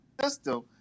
system